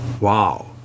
Wow